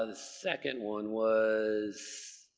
and second one was